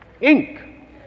Inc